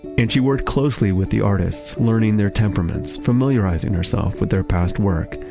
and she worked closely with the artists, learning their temperaments, familiarizing herself with their past work.